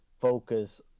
focus